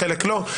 לחלק לא,